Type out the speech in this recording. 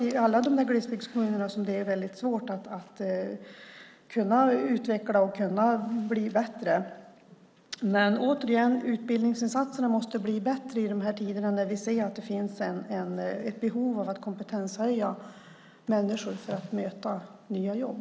I alla de här glesbygdskommunerna är det väldigt svårt att kunna utvecklas och bli bättre. Återigen, utbildningsinsatserna måste bli bättre i de här tiderna när vi ser att det finns ett behov av att kompetenshöja människor så att de kan möta nya jobb.